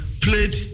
played